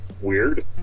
weird